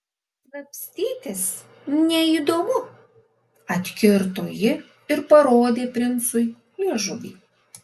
slapstytis neįdomu atkirto ji ir parodė princui liežuvį